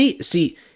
See